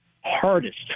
hardest